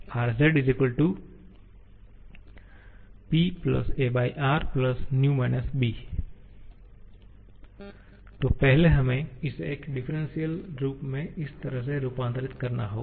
𝑅𝑧 𝑃 aR 𝑣 − 𝑏 तो पहले हमें इसे एक डिफ्रेंशिअल रूप में इस तरह से रूपांतरित करना होगा